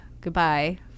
goodbye